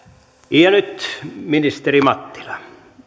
ja nyt ministeri mattila